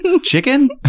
chicken